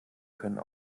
können